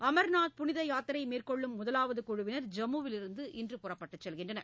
அர்நாத் புனித யாத்திரை மேற்கொள்ளும் முதவாவது குழுவினர் ஜம்முவிலிருந்து இன்று புறப்பட்டுச் செல்கின்றனர்